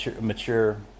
mature